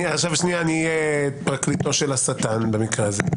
שנייה, אני אהיה פרקליטו של השטן במקרה הזה.